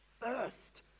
First